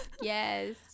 yes